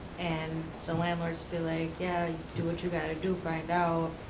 and the landlord's be like, yeah, you do what you gotta do, find out.